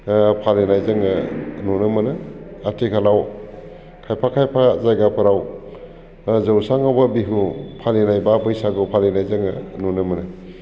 फालिनाय जोङो नुनो मोनो आथिखालाव खायफा खायफा जायगाफोराव जौसाङावबो बिहु फालिनाय एबा बैसागो फालिनाय जोङो नुनो मोनो